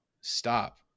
stop